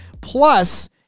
Plus